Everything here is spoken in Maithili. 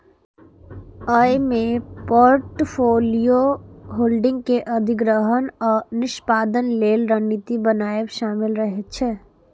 अय मे पोर्टफोलियो होल्डिंग के अधिग्रहण आ निष्पादन लेल रणनीति बनाएब शामिल रहे छै